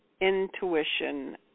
intuition